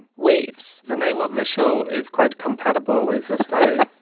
waves. the name of the show is quite compatible with the study